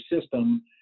system